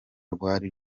rwari